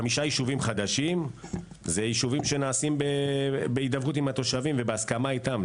חמשת היישובים החדשים נעשים בהידברות עם התושבים ובהסכמה איתם.